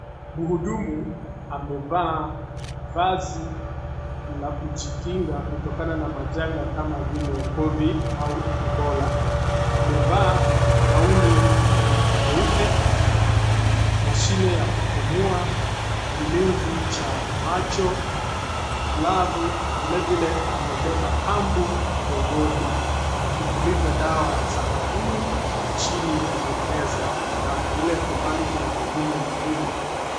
Mhudumu amevaa vazi la kujikinga kutikana na majanga kama vile covid au ebola. Amevaa gauni ya nyeupe, mashine ya kupumua, kilinzi cha macho, glavu na vilevile amebeba pambu mgongoni na akipuliza dawa sakafuni na chini ya meza .Na vile kwa umbali kuna mhudumu mwingine.